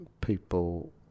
people